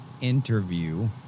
interview